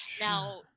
now